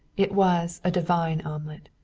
it was a divine omelet.